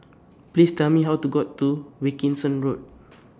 Please Tell Me How to get to Wilkinson Road